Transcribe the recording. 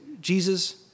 Jesus